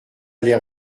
l’air